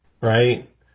Right